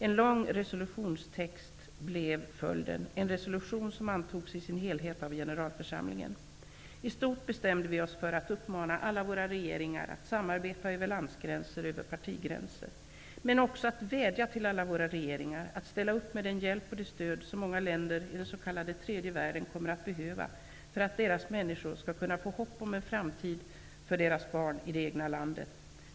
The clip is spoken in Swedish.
En lång resolutionstext blev resultatet, och resolutionen antogs i sin helhet av generalförsamlingen. I stort bestämde vi oss för att uppmana alla våra regeringar att samarbeta över landsgränser och över partigränser, men också att vädja till alla våra regeringar att ställa upp med den hjälp och det stöd som många länder i den s.k. tredje världen kommer att behöva för att deras människor skall kunna få hopp om en framtid för sina barn i det egna landet.